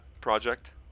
project